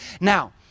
Now